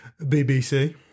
BBC